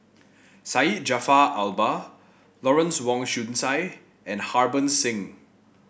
Syed Jaafar Albar Lawrence Wong Shyun Tsai and Harbans Singh